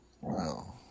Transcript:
Wow